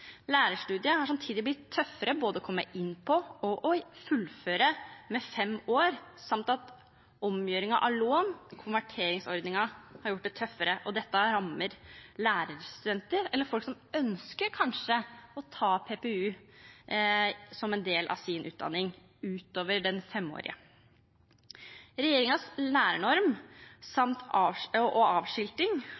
Lærerstudiet er samtidig blitt tøffere både å komme inn på og å fullføre, i og med at det er fem år, samt at omgjøringen av lån – konverteringsordningen – har gjort det tøffere. Dette rammer lærerstudenter eller folk som kanskje ønsker å ta PPU som en del av sin utdanning utover den femårige. Regjeringens lærernorm